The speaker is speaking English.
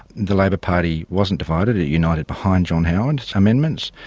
the labor party wasn't divided it united behind john howard's amendments.